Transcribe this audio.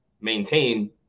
maintain